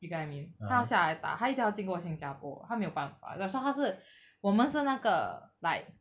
you get what I mean 他要下来打他一定要经过新加坡他没有办法 that's why 他是我们是那个 like